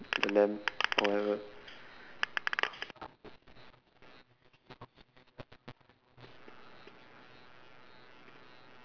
and then oh my god